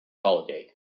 holiday